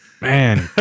man